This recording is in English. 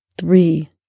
Three